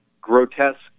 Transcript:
grotesque